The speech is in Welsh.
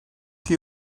chi